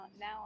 now